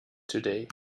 today